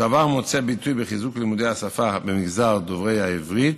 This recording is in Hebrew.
הדבר מוצא ביטוי בחיזוק לימודי השפה במגזר דוברי העברית